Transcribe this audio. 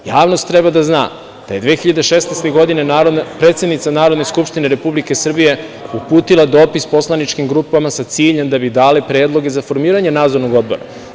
Javnost treba da zna da je 2016. godine predsednica Narodne skupštine Republike Srbije uputila dopis poslaničkim grupama sa ciljem da bi dali predloge za formiranje nadzornog odbora.